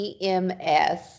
EMS